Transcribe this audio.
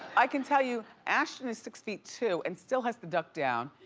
i can tell you ashton is six feet two and still has to duck down.